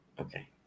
Okay